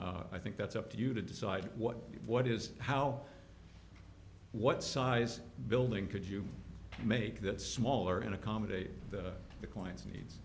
i think that's up to you to decide what what is how what size building could you make that smaller and accommodate the coins needs